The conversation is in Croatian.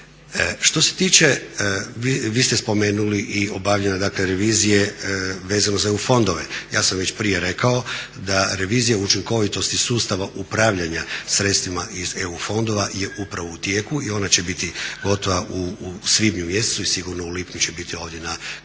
Što se tiče, vi ste spomenuli i obavljanje dakle revizije vezano za EU fondove. Ja sam već prije rekao da revizija učinkovitosti sustava upravljanja sredstvima iz EU fondova je upravo u tijeku i ona će biti gotova u svibnju mjesecu i sigurno u lipnju će biti ovdje na klupama